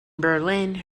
berlin